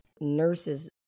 Nurses